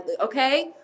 okay